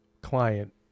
client